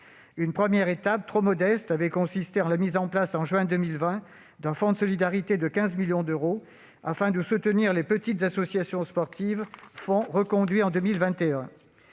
Une première étape, trop modeste, avait consisté en la mise en place, en juin 2020, d'un fonds de solidarité de 15 millions d'euros, afin de soutenir les petites associations sportives. Ce fonds est reconduit en 2021.